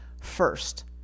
first